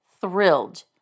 thrilled